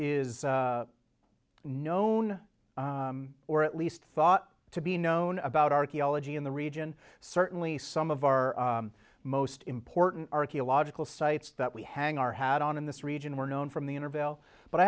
is known or at least thought to be known about archaeology in the region certainly some of our most important archaeological sites that we hang our hat on in this region were known from the inner veil but